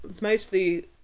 mostly